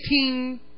18